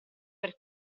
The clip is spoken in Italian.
per